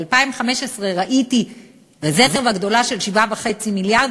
ב-2015 ראיתי רזרבה גדולה של 7.5 מיליארד,